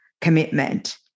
commitment